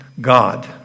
God